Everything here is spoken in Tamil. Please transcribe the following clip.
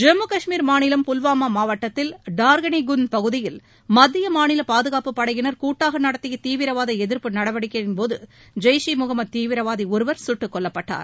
ஜம்மு கஷ்மீர் மாநிலம் புல்வாமா மாவட்டத்தில் டார்கனி குந்த் பகுதியில் மத்திய மாநில பாதுணப்பு படையினர் கூட்டாக நடத்திய தீவிரவாத எதிர்ப்பு நடவடிக்கையின்போது ஜெய்ஸ் இ முகமது தீவிரவாதி ஒருவர் சுட்டுக் கொல்லப்பட்டார்